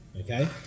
okay